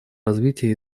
развитие